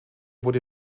wurde